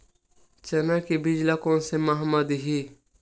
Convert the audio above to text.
चना के बीज ल कोन से माह म दीही?